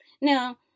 now